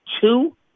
two